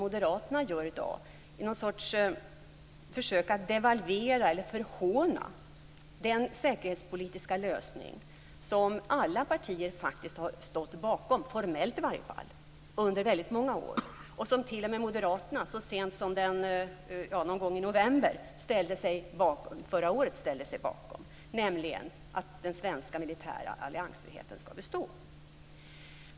Moderaterna gör i dag något sorts försök att devalvera eller förhåna den säkerhetspolitiska lösning som alla partier faktiskt har stått bakom, åtminstone formellt, under väldigt många år och som t.o.m. Moderaterna så sent som någon gång i november förra året ställde sig bakom, nämligen att den svenska militära alliansfriheten skall bestå.